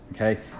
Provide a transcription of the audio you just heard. okay